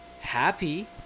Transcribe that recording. happy